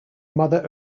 mother